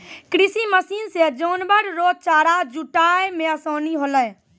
कृषि मशीन से जानवर रो चारा जुटाय मे आसानी होलै